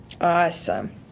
Awesome